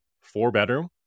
four-bedroom